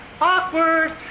Awkward